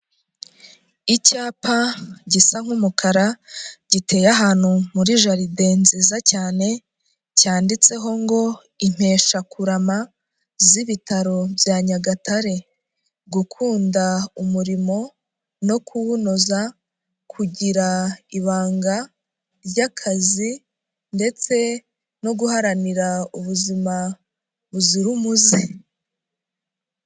Icyapa gisa nk'umukara giteye ahantu muri jaride nziza cyane, cyanditseho ngo impeshakurama z'Ibitaro bya Nyagatare, gukunda umurimo no kuwunoza, kugira ibanga ry'akazi ndetse no guharanira ubuzima buzira umuze.